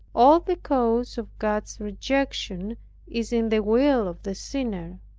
all the cause of god's rejection is in the will of the sinner.